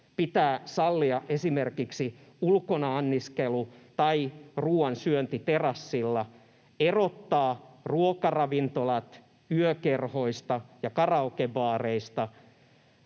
pitää sallia esimerkiksi ulkona anniskelu tai ruuan syönti terassilla, erottaa ruokaravintolat yökerhoista ja karaokebaareista,